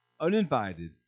uninvited